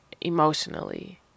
emotionally